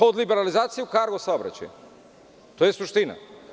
Kod liberalizacije u kargo saobraćaju, to je suština.